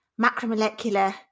macromolecular